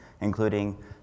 including